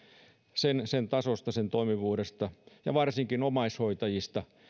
sen sen tasosta sen toimivuudesta ja varsinkin omaishoitajista